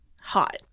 hot